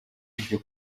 iryo